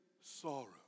sorrow